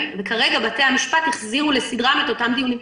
וכרגע בתי המשפט החזירו לסדרם את אותם דיונים.